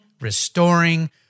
restoring